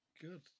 Good